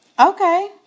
Okay